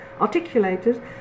articulated